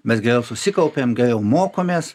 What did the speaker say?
mes geriau susikaupiam geriau mokomės